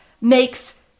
makes